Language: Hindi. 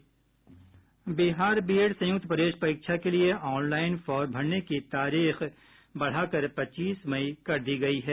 बिहार बीएड संयुक्त प्रवेश परीक्षा के लिए ऑनलाइन फार्म भरने का तारीख बढ़ाकर पच्चीस मई कर दी गयी है